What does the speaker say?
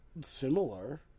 similar